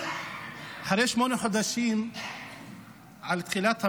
שמונה חודשים מתחילת המלחמה.